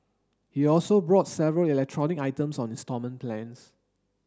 he also bought several electronic items on instalment plans